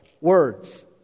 words